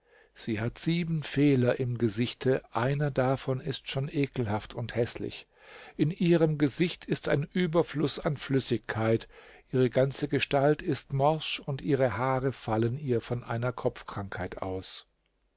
sie hat sieben fehler im gesichte einer davon ist schon ekelhaft und häßlich in ihrem gesicht ist ein überfluß an flüssigkeit ihre ganze gestalt ist morsch und ihre haare fallen ihr von einer kopfkrankheit aus